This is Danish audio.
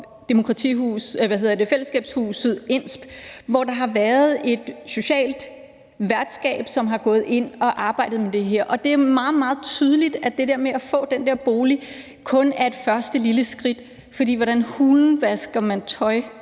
Boligselskabet Sjælland og fællesskabshuset INSP!, hvor der har været et socialt værtskab, som er gået ind og har arbejdet med det her, og det er meget, meget tydeligt, at det der med at få en bolig kun er det første lille skridt. For hvordan hulen vasker man tøj,